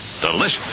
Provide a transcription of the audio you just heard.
delicious